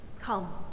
come